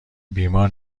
بیمار